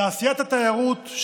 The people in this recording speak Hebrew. תעשיית התיירות,